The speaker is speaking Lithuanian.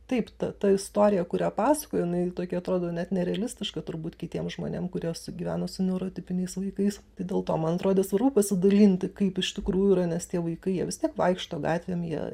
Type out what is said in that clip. taip ta ta istorija kurią pasakoju jinai tokia atrodo net nerealistiška turbūt kitiem žmonėm kurie su gyvena su neurotipiniais vaikais tai dėl to man atrodė svarbu pasidalinti kaip iš tikrųjų yra nes tie vaikai jie vis tiek vaikšto gatvėm jie